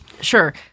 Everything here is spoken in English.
Sure